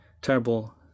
terrible